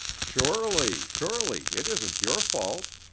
surely, surely! it isn't your fault.